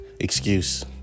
excuse